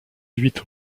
huit